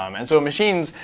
um and so machines,